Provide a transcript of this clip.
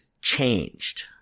changed